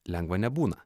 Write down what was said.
lengva nebūna